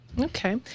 Okay